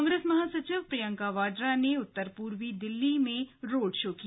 कांग्रेस महासचिव प्रियंका गांधी वाड्रा ने उत्तर पूर्वी दिल्ली में रोड शो किया